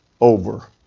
over